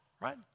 right